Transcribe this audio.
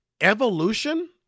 Evolution